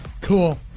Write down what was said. Cool